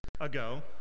ago